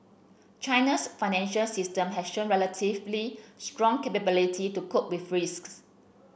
China's financial system has shown relatively strong capability to cope be risks